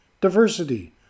diversity